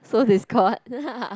sow discord